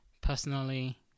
personally